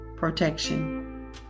protection